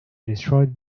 destroyed